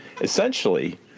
Essentially